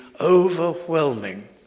overwhelming